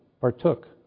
partook